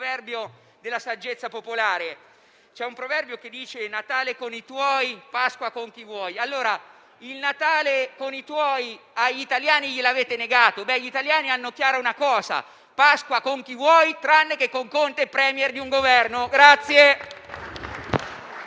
proverbio della saggezza popolare, che recita: "Natale con i tuoi, Pasqua con chi vuoi". Il Natale con i tuoi, agli italiani lo avete negato. Gli italiani hanno però chiara una cosa: "Pasqua con chi vuoi", tranne che con Conte *premier* di un Governo.